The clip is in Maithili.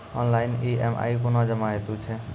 ऑनलाइन ई.एम.आई कूना जमा हेतु छै?